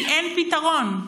אין פתרון.